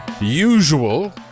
usual